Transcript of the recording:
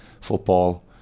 football